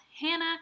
Hannah